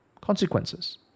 consequences